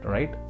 Right